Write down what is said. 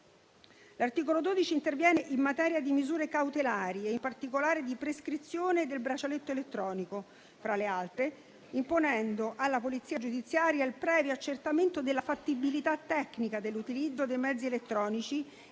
L'articolo 12 interviene in materia di misure cautelari e in particolare di prescrizione del braccialetto elettronico, fra le altre, imponendo alla polizia giudiziaria il previo accertamento della fattibilità tecnica dell'utilizzo dei mezzi elettronici